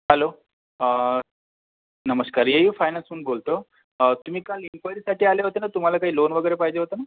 hello नमस्कार A U फायनान्समधून बोलतो तुम्ही काल इनक्वायरीसाठी आले होते ना तुम्हाला काही लोन वगैरे पाहिजे होतं ना